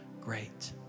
great